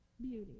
Beauty